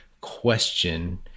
question